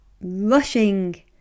rushing